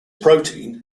protein